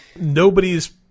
nobody's